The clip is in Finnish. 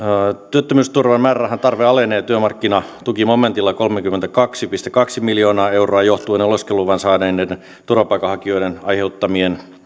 työttömyysturvan määrärahan tarve alenee työmarkkinatukimomentilla kolmekymmentäkaksi pilkku kaksi miljoonaa euroa johtuen oleskeluluvan saaneiden turvapaikanhakijoiden aiheuttamien